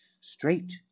Straight